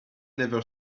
never